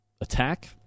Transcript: attack